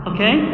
Okay